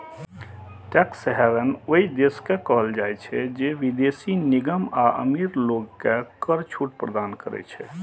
tax haven ओइ देश के कहल जाइ छै, जे विदेशी निगम आ अमीर लोग कें कर छूट प्रदान करै छै